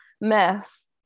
mess